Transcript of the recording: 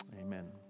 Amen